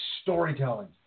storytelling